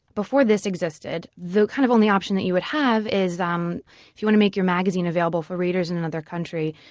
before this existed, the kind of only option that you would have is um if you want to make your magazine available for readers in another country,